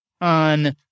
on